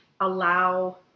allow